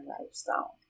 lifestyle